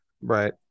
right